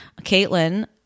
Caitlin